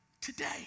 today